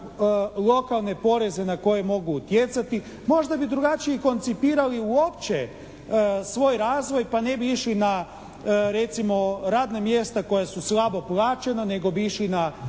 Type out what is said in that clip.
lokalne poreze na koje mogu utjecati. Možda bi drugačije koncipirali uopće svoj razvoj pa ne bi išli na recimo radna mjesta koja su slabo plaćena nego bi išli na